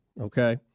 Okay